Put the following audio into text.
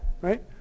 right